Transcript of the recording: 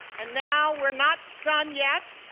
and now we're not done yet.